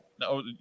No